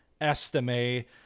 estimate